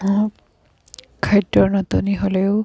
খাদ্যৰ নাটনি হ'লেও